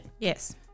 Yes